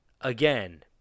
Again